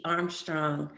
Armstrong